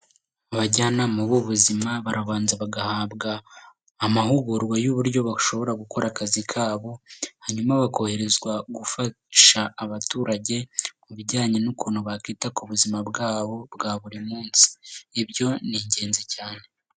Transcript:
Abajyanama b'ubuzima barabanza bagahabwa amahugurwa y'uburyo bashobora gukora akazi kabo, hanyuma bakoherezwa gufasha abaturage mu bijyanye n'ukuntu bakita ku buzima bwabo bwa buri munsi, ibyo ni ingenzi cyane.